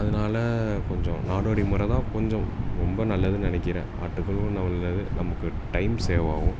அதனால கொஞ்சம் நாடோடி முறை தான் கொஞ்சம் ரொம்ப நல்லதுன்னு நினைக்கிறேன் ஆட்டுக்கும் நல்லது நமக்கு டைம் சேவ் ஆகும்